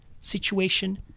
situation